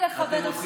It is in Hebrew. אל תעשה